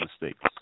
mistakes